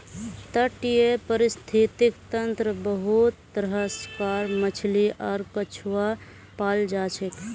तटीय परिस्थितिक तंत्रत बहुत तरह कार मछली आर कछुआ पाल जाछेक